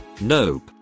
Nope